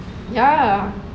ya